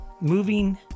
moving